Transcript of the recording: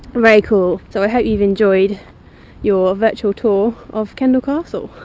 very cool. so i hope you've enjoyed your virtual tour of kendal castle.